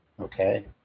Okay